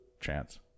chance